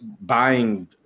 buying